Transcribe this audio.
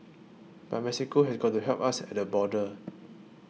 but Mexico has got to help us at the border